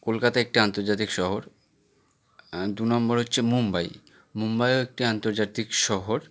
কলকাতা একটা আন্তর্জাতিক শহর দু নম্বর হচ্ছে মুম্বাই মুম্বাইও একটি আন্তর্জাতিক শহর